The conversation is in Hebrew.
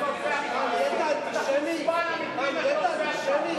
תאמין לי, אתה חוצפן אמיתי, מה שאתה עושה עכשיו.